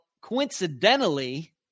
coincidentally